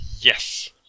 Yes